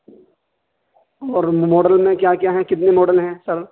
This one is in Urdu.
اور ماڈل میں کیا کیا ہیں کتنے ماڈل ہیں سر